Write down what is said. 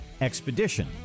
Expedition